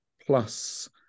plus